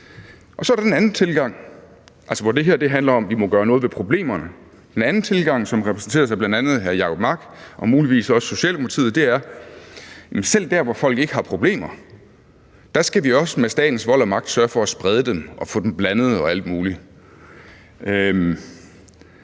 Så er der den anden tilgang. Hvor det ene handler om, at vi må gøre noget ved problemerne, er der den anden tilgang, som repræsenteres af bl.a. hr. Jacob Mark og muligvis også Socialdemokratiet, altså om, at selv der, hvor folk ikke har problemer, skal vi også med statens vold og magt sørge for at sprede dem og få dem blandet og alt muligt. Der